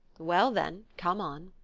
well, then, come on.